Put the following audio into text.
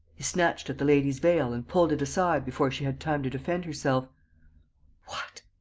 he snatched at the lady's veil and pulled it aside before she had time to defend herself what!